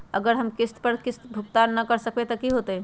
अगर हम समय पर किस्त भुकतान न कर सकवै त की होतै?